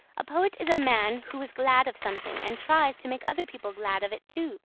a poet is a man who is glad of something, and tries to make other people glad of it too.